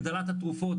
הגדרת התרופות,